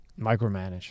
Micromanage